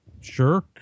Sure